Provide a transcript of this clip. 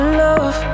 love